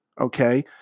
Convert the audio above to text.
Okay